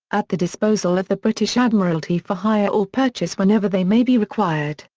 at the disposal of the british admiralty for hire or purchase whenever they may be required,